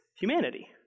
humanity